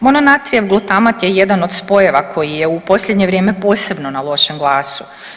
Mononatrijev glutamat je jedan od spojeva koji je u posljednje vrijeme posebno na lošem glasu.